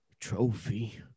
trophy